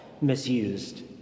misused